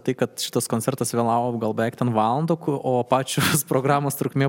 tai kad šitas koncertas vėlavo gal beveik ten valandą o pačios programos trukmė